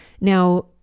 Now